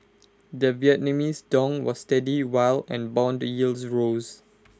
the Vietnamese dong was steady while and Bond yields rose